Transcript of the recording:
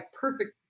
perfect